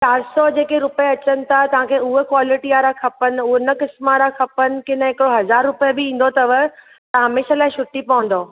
चारि सौ जेके रुपिया अचनि था तव्हांखे उहो क्वालिटी वारा खपनि हुन क़िस्म वारा खपनि कि न हिकड़ो हज़ार रुपिये बि ईंदो अथव तव्हां हमेशा लाइ छुटी पवंद